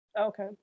okay